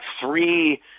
three